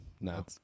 No